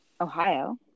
Ohio